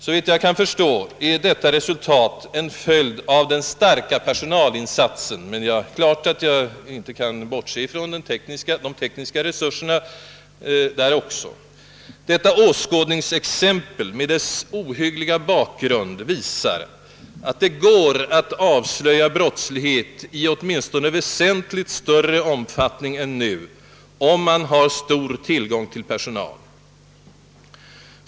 Såvitt jag kan förstå är detta resultat en följd av den starka personalinsatsen, men det är klart att man inte kan bortse från de tekniska resurserna i detta sammanhang. Detta åskådningsexempel med dess ohyggliga bakgrund visar att det går att avslöja brottslighet i åtminstone väsentligt större omfattning än nu, om man har stor tillgång på personal.